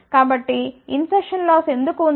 కాబట్టి insertion loss ఎందుకు ఉంది